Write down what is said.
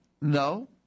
No